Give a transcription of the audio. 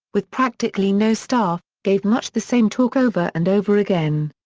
with practically no staff, gave much the same talk over and over again.